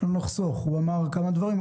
הוא אמר כמה דברים,